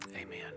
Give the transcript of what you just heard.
Amen